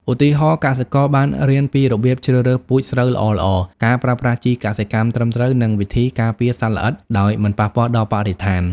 ឧទាហរណ៍ កសិករបានរៀនពីរបៀបជ្រើសរើសពូជស្រូវល្អៗ ការប្រើប្រាស់ជីកសិកម្មត្រឹមត្រូវ និងវិធីការពារសត្វល្អិតដោយមិនប៉ះពាល់ដល់បរិស្ថាន។